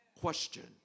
Question